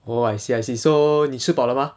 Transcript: oh I see I see so 你吃饱了吗